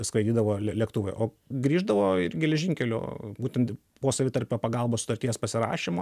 skraidydavo le lėktuvai o grįždavo ir geležinkelio būtent po savitarpio pagalbos sutarties pasirašymo